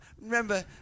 remember